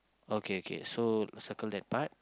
okay okay so circle that part